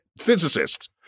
physicists